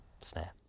snare